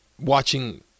watching